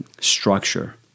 structure